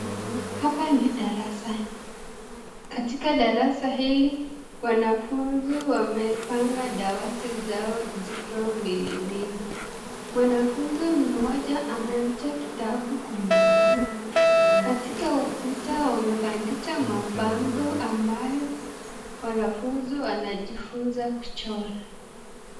Hapa ni darasani, katika darasa hili wanafunzi wamepanga dawati zao zikiwa mbili mbili. Mwanafunzi mmoja ameacha kitabu kwenye meza. Katika ukuta wamebandika mabango ambayo wanafunzi wanajifunza kuchora.